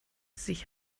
sich